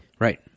Right